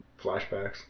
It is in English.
flashbacks